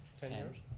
ten years?